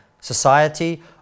society